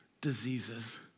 diseases